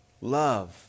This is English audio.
Love